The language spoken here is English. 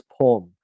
poem